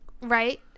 right